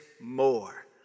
more